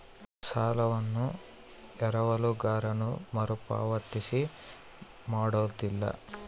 ಸಾಲಗಳನ್ನು ಎರವಲುಗಾರನು ಮರುಪಾವತಿ ಮಾಡೋದಿಲ್ಲ